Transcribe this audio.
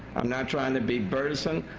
i'm not trying to be burdensome,